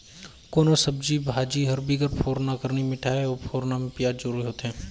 कोनोच सब्जी भाजी हर बिगर फोरना कर नी मिठाए अउ फोरना में पियाज जरूरी होथे